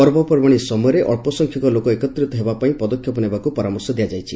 ପର୍ବପର୍ବାଶୀ ସମୟରେ ଅକ୍ଟ ସଂଖ୍ୟକ ଲୋକ ଏକତ୍ରିତ ହେବା ପାଇଁ ପଦକ୍ଷେପ ନେବାକୁ ପରାମର୍ଶ ଦିଆଯାଇଛି